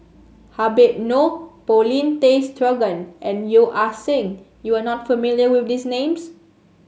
Habib Noh Paulin Tay Straughan and Yeo Ah Seng You are not familiar with these names